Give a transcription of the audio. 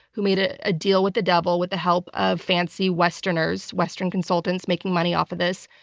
who made a ah deal with the devil with the help of fancy westerners, western consultants making money off of this,